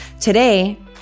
today